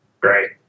Great